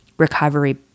recovery